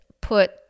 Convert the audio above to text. put